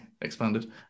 expanded